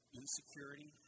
insecurity